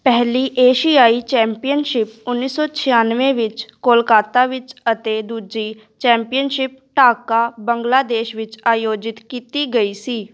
ਪਹਿਲੀ ਏਸ਼ਿਆਈ ਚੈਂਪੀਅਨਸ਼ਿਪ ਉੱਨੀ ਸੌ ਛਿਆਨਵੇਂ ਵਿੱਚ ਕੋਲਕਾਤਾ ਵਿੱਚ ਅਤੇ ਦੂਜੀ ਚੈਂਪੀਅਨਸ਼ਿਪ ਢਾਕਾ ਬੰਗਲਾਦੇਸ਼ ਵਿੱਚ ਆਯੋਜਿਤ ਕੀਤੀ ਗਈ ਸੀ